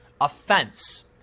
offense